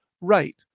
right